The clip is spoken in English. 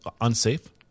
unsafe